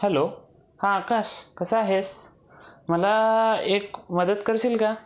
hello हां आकाश कसा आहेस मला एक मदत करशील का